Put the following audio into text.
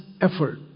effort